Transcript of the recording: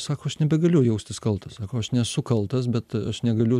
sako aš nebegaliu jaustis kaltas sako aš nesu kaltas bet aš negaliu